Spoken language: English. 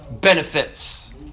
benefits